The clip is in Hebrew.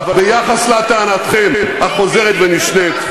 אבל ביחס לטענתכם החוזרת ונשנית,